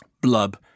blub